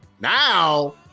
now